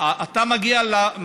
אתה רוצה להודות לעוסקים